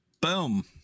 Boom